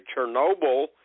Chernobyl